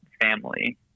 family